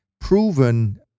proven